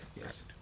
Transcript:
Yes